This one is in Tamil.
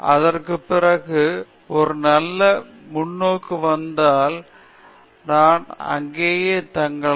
அதற்குப் பிறகு ஒரு நல்ல முன்னோக்கு வந்தால் நான் அங்கேயே தங்கலாம்